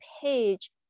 page